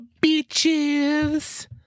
beaches